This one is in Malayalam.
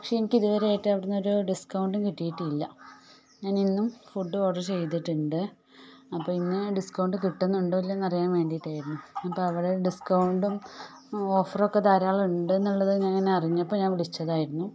പക്ഷെ എനിക്കിതുവരെയായിട്ടും അവിടുന്നൊരു ഡിസ്കൗണ്ടും കിട്ടിയിട്ടില്ല ഞാനിന്നും ഫുഡ് ഓർഡർ ചെയ്തിട്ടുണ്ട് അപ്പോൾ ഇന്ന് ഡിസ്കൗണ്ട് കിട്ടുന്നുണ്ടോ ഇല്ലേ എന്നറിയാൻ വേണ്ടിയിട്ടായിരുന്നു അപ്പം അവടെ ഡിസ്കൗണ്ടും ഓഫറൊക്കെ ധാരാളമുണ്ടെന്നുള്ളത് ഞാനിങ്ങനെ അറിഞ്ഞപ്പോൾ ഞാൻ വിളിച്ചതായിരുന്നു